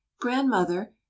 Grandmother